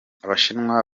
abashinwa